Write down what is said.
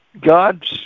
God